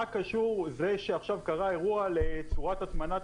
מה קשור זה שעכשיו קרה אירוע לצורת הטמנת